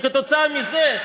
כתוצאה מזה,